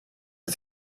ist